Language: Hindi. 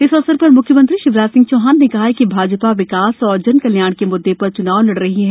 इस अवसर पर म्ख्यमंत्री शिवराज सिंह चौहान ने कहा कि भाजपा विकास और जनकल्याण के मुद्दे पर चुनाव लड़ रही है